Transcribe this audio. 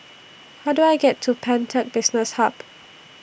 How Do I get to Pantech Business Hub